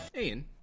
Ian